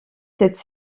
cette